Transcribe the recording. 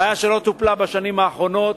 בעיה שלא טופלה בשנים האחרונות.